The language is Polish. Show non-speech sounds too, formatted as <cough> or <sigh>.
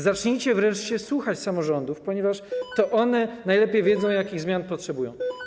Zacznijcie wreszcie słuchać samorządów, ponieważ <noise> to one najlepiej wiedzą, jakich zmian potrzebują.